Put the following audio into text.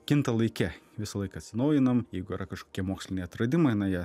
kinta laike visąlaik atsinaujinam jeigu yra kažkokie moksliniai atradimai na jie